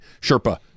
sherpa